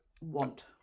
want